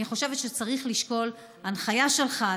אני חושבת שצריך לשקול הנחיה שלך,